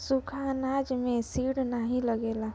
सुखा अनाज में सीड नाही लगेला